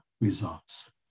results